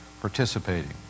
participating